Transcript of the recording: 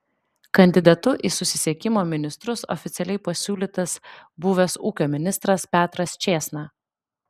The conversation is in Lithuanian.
kandidatu į susisiekimo ministrus oficialiai pasiūlytas buvęs ūkio ministras petras čėsna